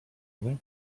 nie